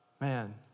man